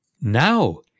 Now—